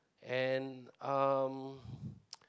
and um